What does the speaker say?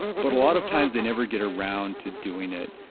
but a lot of times they never get around to doing it